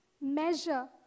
measure